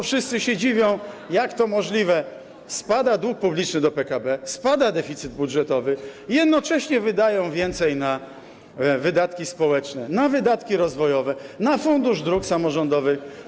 Wszyscy się dziwią, jak to możliwe, że spada dług publiczny do PKB, spada deficyt budżetowy, a jednocześnie wydają więcej na wydatki społeczne, na wydatki rozwojowe, na fundusz dróg samorządowych.